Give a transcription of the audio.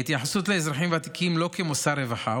ההתייחסות לאזרחים ותיקים היא לא כמושא רווחה,